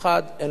אין להם תקווה,